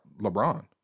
LeBron